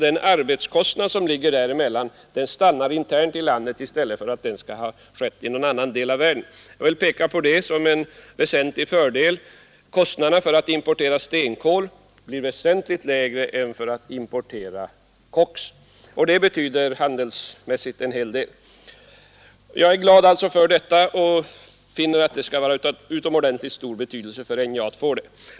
Den arbetskostnad det gäller kommer därvid att läggas ned inom landet i s let för i någon annan del av världen. Jag vill peka på det som en väsentlig fördel. Kostnaderna för att importera stenkol blir väsentligt lägre än för import av koks, och det betyder handelsmässigt en hel del. Jag är alltså glad för detta beslut och finner att det skall bli av utomordentligt stor betydelse för NJA att få detta koksverk.